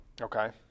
Okay